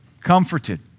comforted